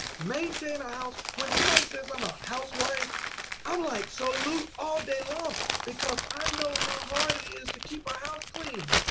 maintain a house. when somebody says im a housewife i'm like salute all day long because i know how hard it is to keep a house clean.